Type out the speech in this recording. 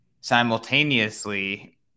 Simultaneously